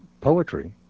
poetry